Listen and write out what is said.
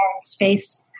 space